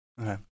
Okay